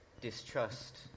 distrust